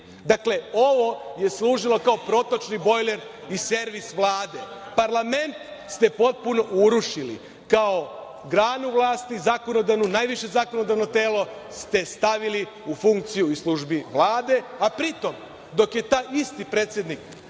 Dakle, ovo je služilo kao protočni bojler i servis Vlade. Parlament ste potpuno urušili kao granu vlasti, zakonodavnu, najviše zakonodavno telo ste stavili u funkciju i službu Vlade, a pri tom dok je taj isti predsednik